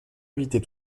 éviter